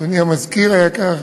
אדוני המזכיר היקר,